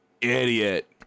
idiot